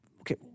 Okay